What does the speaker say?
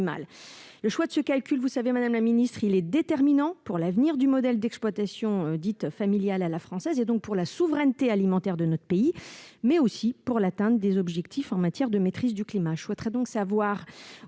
le choix de ce mode de calcul est déterminant pour l'avenir du modèle d'exploitation dite « familiale à la française » et, partant, pour la souveraineté alimentaire de notre pays, mais aussi pour l'atteinte des objectifs en matière de maîtrise du climat.